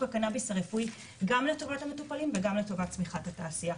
הקנאביס הרפואי גם לטובת המטופלים וגם לטובת צמיחת התעשייה.